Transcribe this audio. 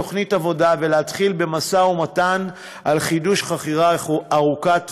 תוכנית עבודה ולהתחיל במשא-ומתן לחידוש חכירה ארוכת טווח,